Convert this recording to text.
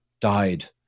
died